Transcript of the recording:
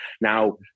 Now